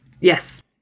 Yes